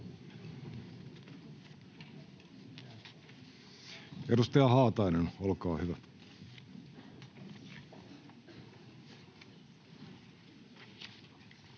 Edustaja Haatainen, olkaa hyvä.